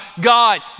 God